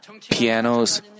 pianos